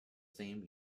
same